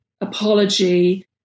apology